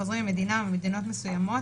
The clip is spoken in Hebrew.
חוזרים ממדינה או ממדינות מסוימות,